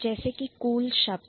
जैसे कि Cool cool शब्द